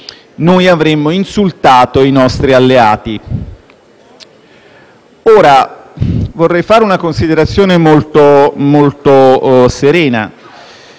noi avremmo insultato i nostri alleati. Ora, vorrei fare una considerazione molto serena.